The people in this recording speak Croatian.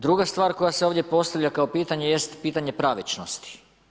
Druga stvar koja se ovdje postavlja kao pitanje jest pitanje pravičnosti.